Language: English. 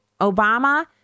Obama